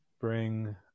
bring